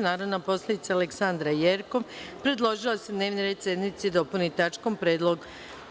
Narodna poslanica Aleksandra Jerkov predložila je da se dnevni red sednice dopuni tačkom - Predlog